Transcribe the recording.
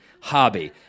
hobby